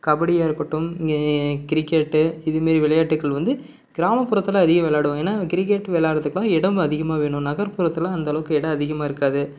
கபடியாக இருக்கட்டும் இங்கே கிரிக்கெட்டு இது மாரி விளையாட்டுகள் வந்து கிராமப்புறத்தில் அதிகம் விளாடுவாங்க ஏன்னா கிரிக்கெட் விளாட்றத்துக்குலாம் இடம் அதிகமாக வேணும் நகர்ப்புறத்துலாம் அந்த அளவுக்கு இடம் அதிகமாக இருக்காது